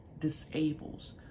disables